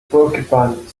porcupine